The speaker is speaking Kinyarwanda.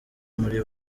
muri